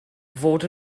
fod